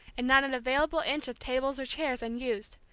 and not an available inch of tables or chairs unused,